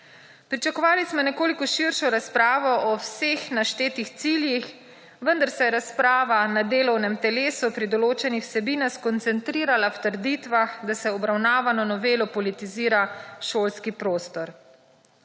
Pričakovali smo nekoliko širšo razpravo o vseh naštetih ciljih, vendar se je razprava na delovnem telesu pri določenih vsebinah skoncentrirala v trditvah, da s obravnavano novelo politizira šolski prostor.